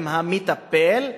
עם המטפל,